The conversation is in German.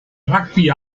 rugby